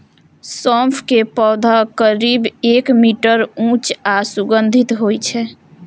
सौंफ के पौधा करीब एक मीटर ऊंच आ सुगंधित होइ छै